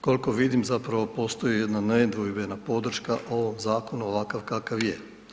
Kolko vidim zapravo postoji jedna nedvojbena podrška ovom zakonu ovakav kakav je.